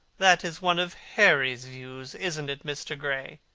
that is one of harry's views, isn't it, mr. gray?